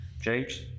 James